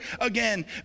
again